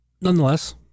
Nonetheless